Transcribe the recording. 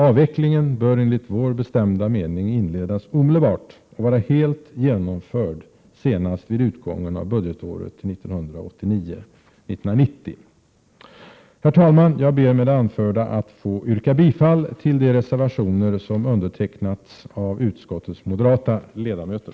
Avvecklingen bör enligt vår bestämda mening inledas omedelbart och vara helt genomförd senast vid utgången av budgetåret 1989/90. Herr talman! Jag ber med det anförda att få yrka bifall till de reservationer som undertecknats av utskottets moderata ledamöter.